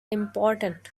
important